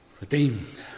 Redeemed